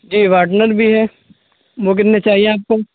جی whitener بھی ہے وہ کتنے چاہیے آپ کو